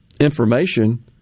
information